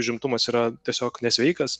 užimtumas yra tiesiog nesveikas